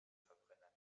verbrenner